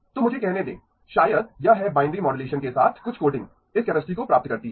तो मुझे कहने दें शायद यह है बाइनरी मॉड्यूलेशन के साथ कुछ कोडिंग इस कैपेसिटी को प्राप्त करती है